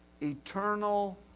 eternal